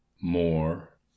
More